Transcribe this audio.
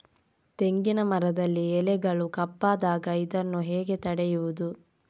ತೆಂಗಿನ ಮರದಲ್ಲಿ ಎಲೆಗಳು ಕಪ್ಪಾದಾಗ ಇದನ್ನು ಹೇಗೆ ತಡೆಯುವುದು?